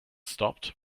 stopped